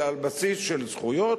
אלא על בסיס של זכויות,